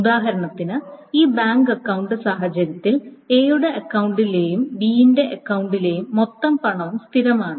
ഉദാഹരണത്തിന് ഈ bank account സാഹചര്യത്തിന് എ യുടെ അക്കൌണ്ടിലെയും ബി അക്കൌണ്ടിലെയും മൊത്തം പണവും സ്ഥിരമാണ്